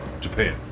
Japan